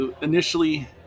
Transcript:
initially